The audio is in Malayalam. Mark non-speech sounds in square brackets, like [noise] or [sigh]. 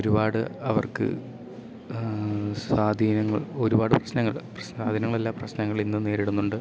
ഒരുപാട് അവർക്ക് സ്വാധീനങ്ങൾ ഒരുപാട് പ്രശ്നങ്ങൾ [unintelligible] പ്രശ്നങ്ങളിന്നും നേരിടുന്നുണ്ട്